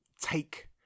take